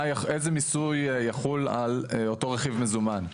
איזה מיסוי יחול על אותו רכיב מזומן.